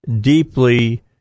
deeply